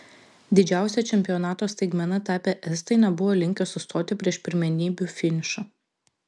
didžiausia čempionato staigmena tapę estai nebuvo linkę sustoti prieš pirmenybių finišą